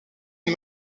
une